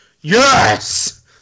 Yes